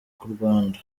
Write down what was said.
rwanda